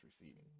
receiving